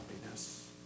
happiness